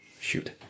shoot